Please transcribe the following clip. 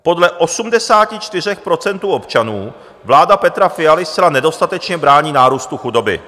Podle 84 % občanů vláda Petra Fialy zcela nedostatečně brání nárůstu chudoby.